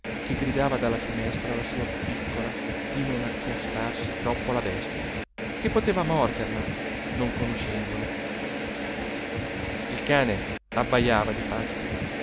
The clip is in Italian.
che gridava dalla finestra alla sua piccola di non accostarsi troppo alla bestia che poteva morderla non conoscendola il cane abbajava difatti